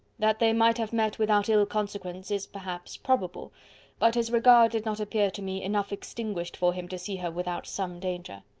that they might have met without ill consequence is perhaps probable but his regard did not appear to me enough extinguished for him to see her without some danger.